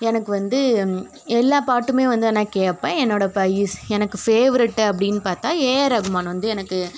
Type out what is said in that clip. எனக்கு வந்து எல்லா பாட்டுமே வந்து நான் கேட்பேன் என்னோட எனக்கு ஃபேவரட் அப்படின் பார்த்தா ஏஆர் ரகுமான் வந்து எனக்கு